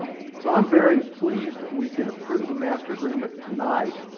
so i'm very pleased that we can approve a master agreement tonight